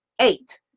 eight